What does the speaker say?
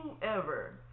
whoever